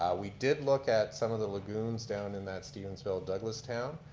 ah we did look at some of the lagoons, down in that stevensville douglastown.